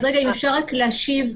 אם אפשר גם להשיב,